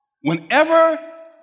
Whenever